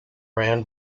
ran